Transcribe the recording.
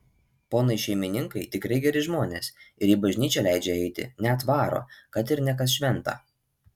ponai šeimininkai tikrai geri žmonės ir į bažnyčią leidžia eiti net varo kad ir ne kas šventą